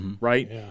right